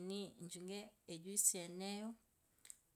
𝖾𝖼𝗁𝗎𝗇𝗀𝖾𝖾 𝖾𝗇𝗂𝗇𝗂 𝖾𝖼𝗁𝗎𝗇𝗀𝖾 𝖾𝖼𝗁𝗎𝗂𝗌𝗂 𝗒𝖾𝗇𝖾𝗒𝗈.